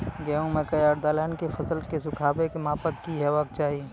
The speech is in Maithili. गेहूँ, मकई आर दलहन के फसलक सुखाबैक मापक की हेवाक चाही?